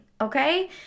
okay